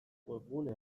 webgune